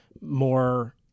more